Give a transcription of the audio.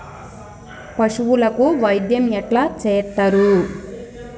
పశువులకు వైద్యం ఎట్లా చేత్తరు?